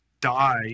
die